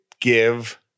give